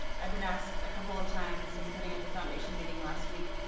i've been asked a couple of times, including at the foundation meeting last week,